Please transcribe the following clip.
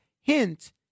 hint